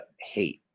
hate